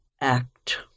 act